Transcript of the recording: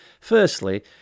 Firstly